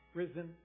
risen